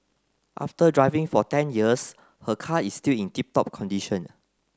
after driving for ten years her car is still in tip top condition